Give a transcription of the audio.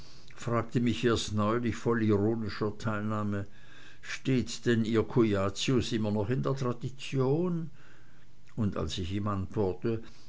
fragte mich erst neulich voll ironischer teilnahme steht denn ihr cujacius immer noch in der tradition und als ich ihm